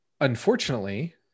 unfortunately